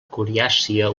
coriàcia